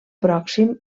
pròxim